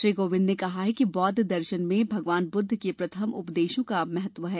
श्री कोविंद ने कहा कि बौद्ध दर्शन में भगवान बुद्ध के प्रथम उपदेशों का विशेष महत्व है